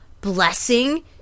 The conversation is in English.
Blessing